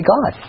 God